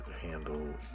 handle